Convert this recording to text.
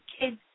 kids